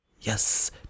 Yes